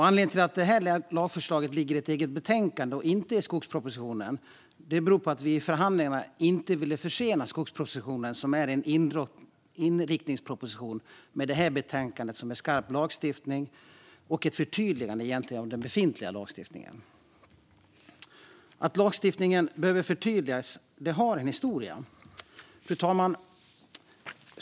Anledningen till att detta lagförslag ligger i ett eget betänkande och inte i skogspropositionen är att vi i förhandlingarna inte ville försena Skogspropositionen, som är en inriktningsproposition med detta betänkande, som innebär skarp lagstiftning och som egentligen är ett förtydligande av den befintliga lagstiftningen. Att lagstiftningen behöver förtydligas har en historia. Fru talman!